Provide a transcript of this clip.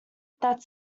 that